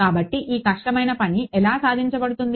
కాబట్టి ఈ కష్టమైన పని ఎలా సాధించబడింది